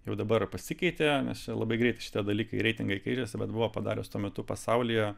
jau dabar pasikeitė nes čia labai greit šitie dalykai reitingai keitėsi bet buvo padaręs tuo metu pasaulyje